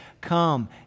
come